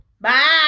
Bye